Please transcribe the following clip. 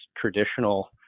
traditional